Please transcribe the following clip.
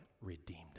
redeemed